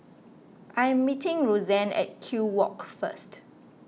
I am meeting Rosanne at Kew Walk first